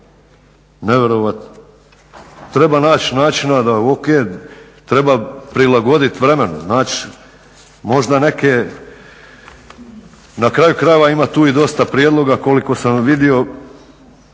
Nevjerojatno. Treba naći načina da, ok, treba prilagoditi vremenu, naći možda neke, na kraju krajeva ima tu i dosta prijedloga koliko sam vidio,